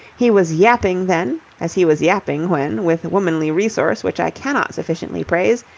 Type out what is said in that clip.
he was yapping then, as he was yapping when, with womanly resource which i cannot sufficiently praise,